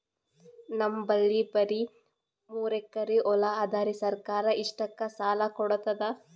ನಮ್ ಬಲ್ಲಿ ಬರಿ ಮೂರೆಕರಿ ಹೊಲಾ ಅದರಿ, ಸರ್ಕಾರ ಇಷ್ಟಕ್ಕ ಸಾಲಾ ಕೊಡತದಾ?